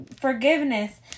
forgiveness